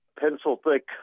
pencil-thick